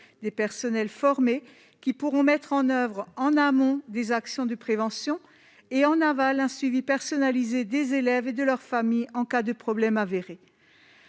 des personnels formés qui pourront mettre en oeuvre en amont des actions de prévention et en avale un suivi personnalisé des élèves et de leurs familles en cas de problème avéré